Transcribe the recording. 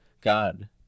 god